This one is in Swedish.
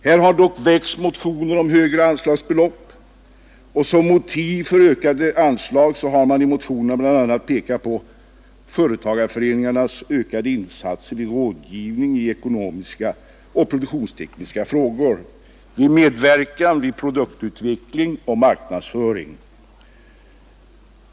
Här har dock väckts motioner om högre anslagsbelopp, och som motiv härför har man i motionerna bl.a. pekat på företagarföreningarnas ökade insatser vid rådgivning i ekonomiska och produktionstekniska frågor samt vid medverkan vid produktutveckling och marknadsföring.